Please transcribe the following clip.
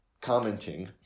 commenting